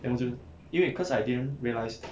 then 就因为 cause I didn't realize